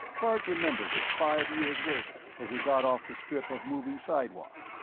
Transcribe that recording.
bart remembered it, five years later, as he got off the strip of moving sidewalk.